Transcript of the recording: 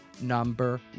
number